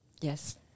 Yes